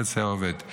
חצי העובד.